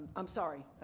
i'm sorry.